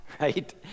right